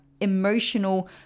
emotional